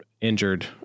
injured